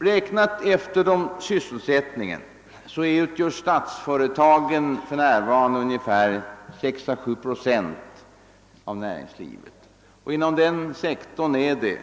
Räknat efter sysselsättningen utgör statsföretagen för närvarande ungefär 6 å 7 procent av näringslivet. Inom den sektorn är